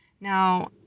Now